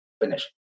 Finish